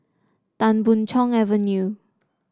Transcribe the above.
Tan Boon Chong Avenue